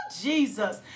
Jesus